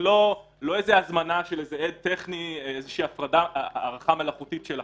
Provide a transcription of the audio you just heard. לא הזמנה של עד טכני, הארכה מלאכותית של החקירה.